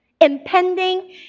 Impending